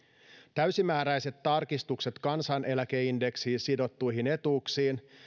täysimääräiset tarkistukset kansaneläkeindeksiin sidottuihin etuuksiin